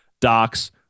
Docs